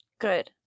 Good